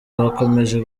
bakomeje